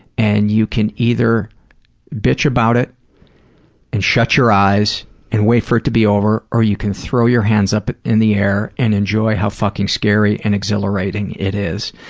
and you can either bitch about it and shut your eyes and wait for it to be over, or you can throw your hands up in the air and enjoy how fucking scary and exhilarating it is.